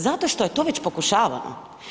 Zato što je to već pokušavano.